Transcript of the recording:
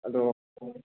ꯑꯗꯣ